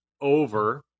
over